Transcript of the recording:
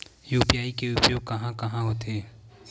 UPI के उपयोग कहां कहा होथे?